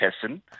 person